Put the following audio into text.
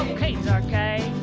caine's arcade!